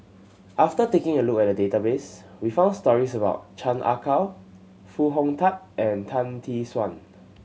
after taking a look at the database we found stories about Chan Ah Kow Foo Hong Tatt and Tan Tee Suan